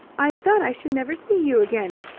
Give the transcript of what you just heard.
i thought i should never see you again.